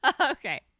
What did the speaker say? okay